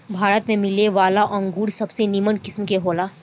भारत में मिलेवाला अंगूर सबसे निमन किस्म के होला